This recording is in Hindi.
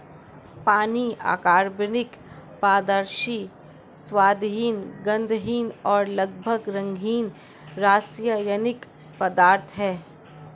पानी अकार्बनिक, पारदर्शी, स्वादहीन, गंधहीन और लगभग रंगहीन रासायनिक पदार्थ है